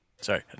Sorry